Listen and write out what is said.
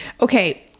Okay